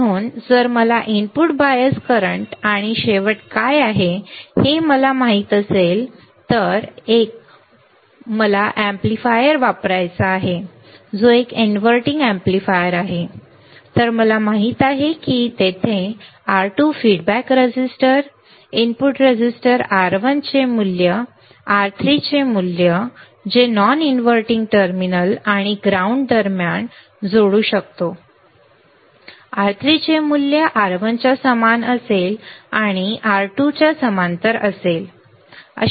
म्हणून जर मला इनपुट बायस करंट आणि शेवट काय आहे हे माहित असेल तर मला माहित आहे की जर मला एक एम्पलीफायर वापरायचा आहे जो एक इनव्हर्टींग एम्पलीफायर आहे तर मला माहित आहे की तेथे R 2 feedback resistor input resistor R 1 चे मूल्य R3 चे मूल्य जे आम्ही नॉन इनव्हर्टिंग टर्मिनल आणि ग्राउंड दरम्यान जोडू शकतो आणि R3 चे मूल्य R1 च्या समान असेल आणि R2 समांतर च्या असेल